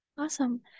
Awesome